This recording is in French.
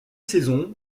saison